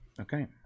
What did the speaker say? Okay